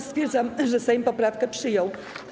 Stwierdzam, że Sejm poprawkę przyjął.